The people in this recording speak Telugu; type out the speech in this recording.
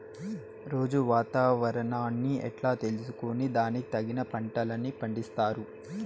రోజూ వాతావరణాన్ని ఎట్లా తెలుసుకొని దానికి తగిన పంటలని పండిస్తారు?